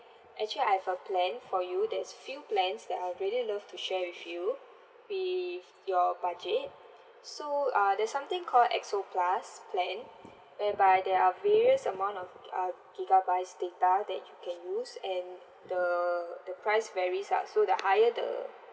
actually I have a plan for you there is few plans that I'd really love to share with you with your budget so uh there's something called X_O plus plan whereby there are various amount of uh gigabytes data that you can use and the the price varies lah so the higher the